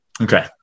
Okay